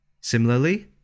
Similarly